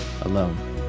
alone